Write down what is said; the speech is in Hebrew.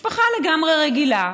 משפחה לגמרי רגילה,